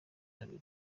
kabiri